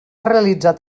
realitzat